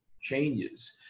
changes